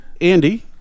Andy